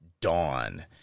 Dawn